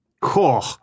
Cool